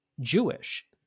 Jewish